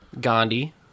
Gandhi